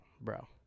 Bro